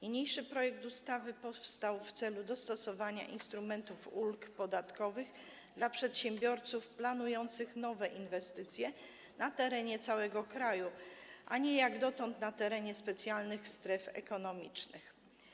Niniejszy projekt ustawy powstał w celu dostosowania do potrzeb instrumentów w formie ulg podatkowych dla przedsiębiorców planujących nowe inwestycje na terenie całego kraju, a nie, jak dotąd, na terenie specjalnych stref ekonomicznych.